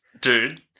Dude